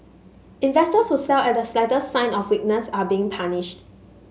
investors who sell at the slightest sign of weakness are being punished